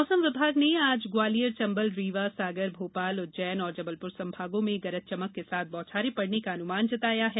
मौसम विभाग ने आज ग्वालियर चंबल रीवा सागर भोपाल उज्जैन और जबलपुर संभागों में गरज चमक के साथ बौछारे पड़ने क अनुमान जताया है